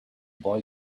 boy